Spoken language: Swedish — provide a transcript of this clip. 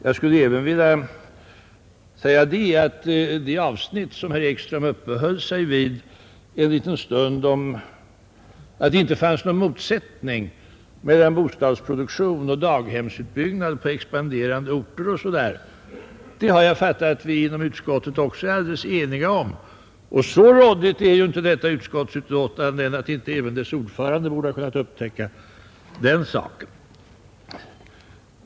Jag vill sedan i fråga om det avsnitt av utskottets betänkande som herr Ekström uppehöll sig vid en liten stund, då han betonade att det inte finns någon motsättning mellan industriinvesteringar, bostadsproduktion samt daghemsutbyggnad på expanderande orter, säga att vi inom utskottet varit helt eniga på den punkten. Så rådigt är väl inte detta utskottsbetänkande att inte även utskottets ordförande borde ha kunnat upptäcka den saken!